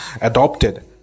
adopted